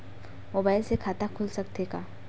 Mobile से खाता खुल सकथे का?